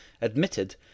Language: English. admitted